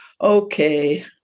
okay